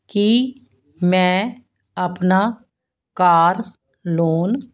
ਕੀ ਮੈਂ ਆਪਣਾ car loan